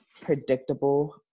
predictable